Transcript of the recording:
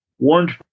Warned